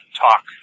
talk